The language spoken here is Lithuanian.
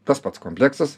tas pats kompleksas